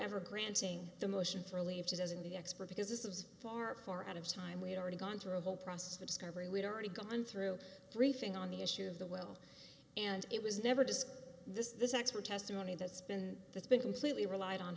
ever granting the motion for a leave as in the expert because this is far far out of time we'd already gone through a whole process of discovery we'd already gone through briefing on the issue of the will and it was never discussed this this expert testimony that's been that's been completely relied on